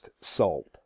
salt